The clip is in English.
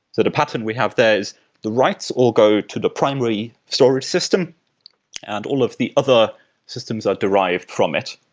the the pattern we have there is the writes or go to the primary storage system and all of the other systems are derived from it.